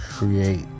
Create